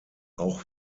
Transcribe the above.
auch